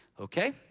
Okay